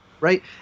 right